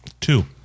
Two